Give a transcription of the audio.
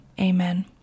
amen